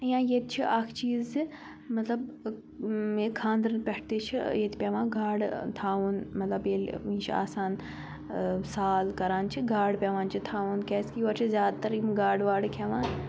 یا ییٚتہِ چھِ اَکھ چیٖز زِ مطلب خانٛدرَن پٮ۪ٹھ تہِ چھِ ییٚتہِ پیٚوان گاڈٕ تھاوُن مطلب ییٚلہِ یہِ چھُ آسان ٲں سال کَران چھِ گاڈٕ پیٚوان چھِ تھاوُن کیازکہِ یور چھِ زیادٕ تَر یِم گاڈٕ واڈٕ کھیٚوان